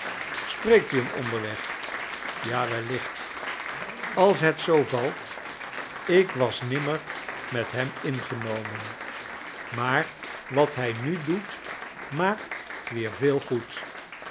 spreekt u hem onderweg ja wellicht als het zoo valt ik was nimmer met hem ingenomen naar wat hij nu doet maakt weer veel goed